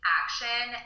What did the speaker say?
action